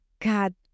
God